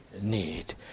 need